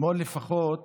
אתמול לפחות